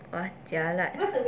!wah! jialat